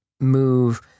move